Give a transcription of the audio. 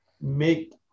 make